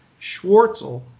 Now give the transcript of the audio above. Schwartzel